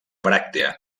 bràctea